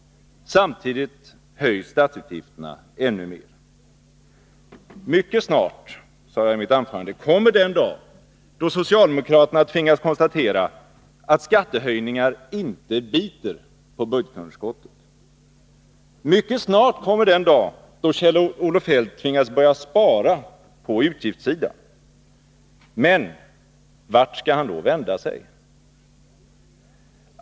Samtidigt höjs statsutgifterna ännu mer. Mycket snart, sade jag i mitt anförande, kommer den dag då socialdemokraterna tvingas konstatera att skattehöjningar inte biter på budgetunderskottet. Mycket snart kommer den. dag då Kjell-Olof Feldt tvingas börja spara på utgiftssidan. Men vart skall han då vända sig?